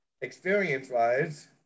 experience-wise